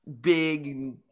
Big